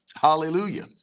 Hallelujah